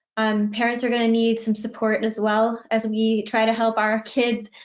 um parents are gonna need some support as well, as we try to help our kids.